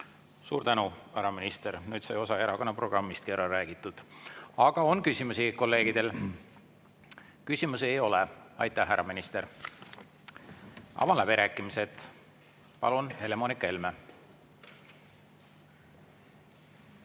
Suur tänu, härra minister! Nüüd sai osa erakonna programmistki ära räägitud. On küsimusi kolleegidel? Küsimusi ei ole. Aitäh, härra minister! Avan läbirääkimised. Palun, Helle-Moonika Helme!